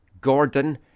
Gordon